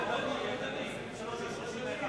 ידני, ידני.